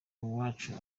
uwacu